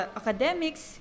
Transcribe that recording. academics